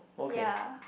ya